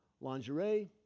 Lingerie